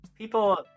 people